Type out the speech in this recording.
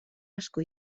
asko